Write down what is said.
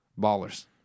Ballers